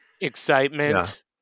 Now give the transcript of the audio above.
Excitement